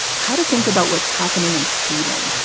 how to think about what's happening in sweden,